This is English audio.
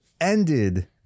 ended